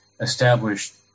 established